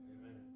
Amen